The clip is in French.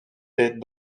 est